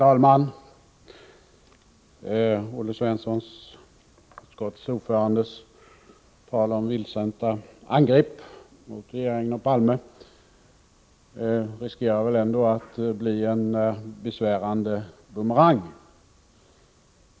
Herr talman! Utskottets ordförande Olle Svensson talar om vildsinta angrepp mot regeringen och Olof Palme, men detta tal riskerar väl ändå att bli en besvärande bumerang.